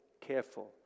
careful